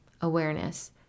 awareness